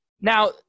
Now